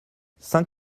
saint